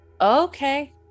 Okay